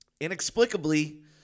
inexplicably